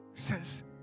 says